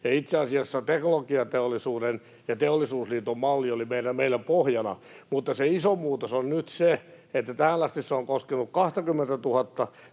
Itse asiassa Teknologiateollisuuden ja Teollisuusliiton malli oli meillä pohjana, mutta se iso muutos on nyt se, että tähän asti se on koskenut 20 000:ta